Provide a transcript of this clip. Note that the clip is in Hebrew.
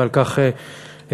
ועל כך תודה.